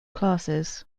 classes